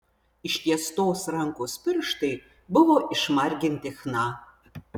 ištiestos rankos pirštai buvo išmarginti chna